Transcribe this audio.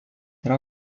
yra